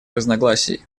разногласий